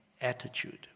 attitude